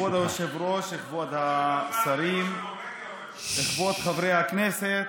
כבוד היושב-ראש, כבוד השרים, כבוד חברי הכנסת,